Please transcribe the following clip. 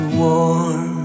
warm